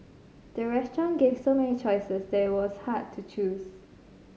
the restaurant gave so many choices that it was hard to choose